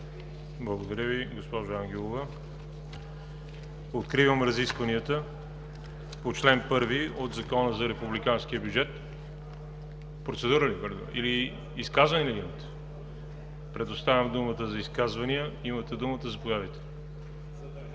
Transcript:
Благодаря Ви, госпожо Ангелова. Откривам разискванията по чл. 1 от Закона за републиканския бюджет. Процедура или изказване имате? Предоставям думата за изказвания. Имате думата, заповядайте.